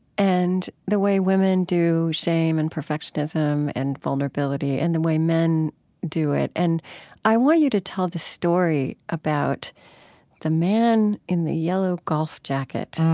and the way women do shame and perfectionism and vulnerability and the way men do it. i want you to tell the story about the man in the yellow golf jacket